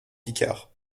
picard